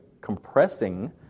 compressing